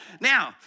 Now